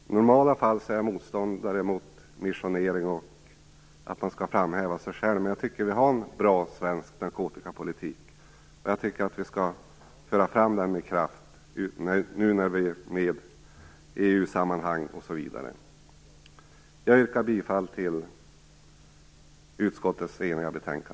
I normala fall är jag motståndare mot missionering och framhävande av sig själv, men jag tycker att vi har en bra svensk narkotikapolitik som vi skall föra fram med kraft nu när vi är med i EU-sammanhang osv. Jag yrkar bifall till det eniga utskottets hemställan.